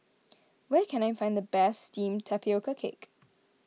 where can I find the best Steamed Tapioca Cake